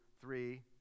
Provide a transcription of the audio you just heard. three